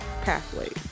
pathways